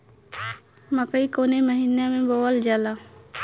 मकई कवने महीना में बोवल जाला?